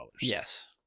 Yes